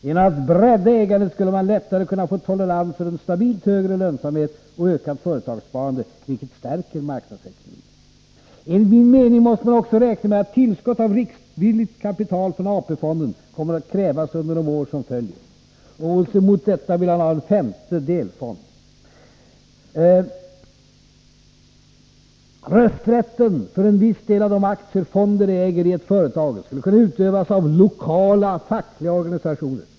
Genom att bredda ägandet skulle man lättare kunna få tolerans för en stabilt högre lönsamhet och ett ökat företagssparande, vilket i sin tur stärker marknadsekonomin.” Längre fram sägs: ”Enligt min mening måste man också räkna med att tillskott av riskvilligt kapital från AP-fonden kommer att krävas under de år som nu följer. Mot denna bakgrund anser jag det motiverat att inrätta en femte delfond.” Man skriver vidare: ”Rösträtten för en viss del av de aktier fonden äger i ett företag skulle kunna utövas av lokala fackliga organisationer ———.